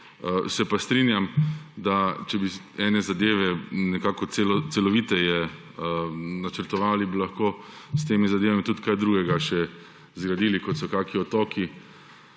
Se pa strinjam, da če bi ene zadeve nekako celoviteje načrtovali bi lahko s temi zadevami tudi kaj drugega še zgradili, kot so kakšni otoki